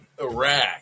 Iraq